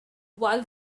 while